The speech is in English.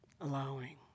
allowing